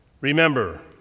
Remember